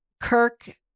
Kirk